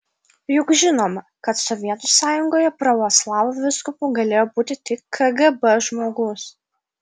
juk žinoma kad sovietų sąjungoje pravoslavų vyskupu galėjo būti tik kgb žmogus